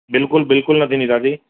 बिल्कुलु बिल्कुलु न थींदी दादी